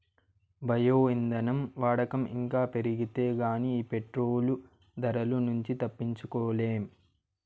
bio ఇంధనం వాడకం ఇంకా పెరిగితే గానీ ఈ పెట్రోలు ధరల నుంచి తప్పించుకోలేం